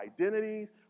identities